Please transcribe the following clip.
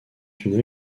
une